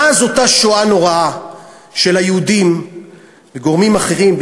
מאז אותה שואה נוראה של היהודים וגורמים אחרים,